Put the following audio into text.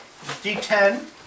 D10